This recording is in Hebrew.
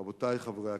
רבותי חברי הכנסת,